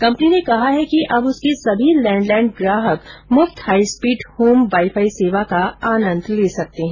company ने कहा कि अब उसके सभी लैंडलाइन ग्राहक मुफ्त हाई स्पीड होम वाईफाई सेवा का आनंद ले सकते हैं